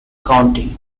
county